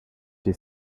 his